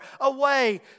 away